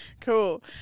Cool